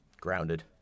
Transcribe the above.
grounded